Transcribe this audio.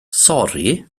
sori